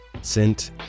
sent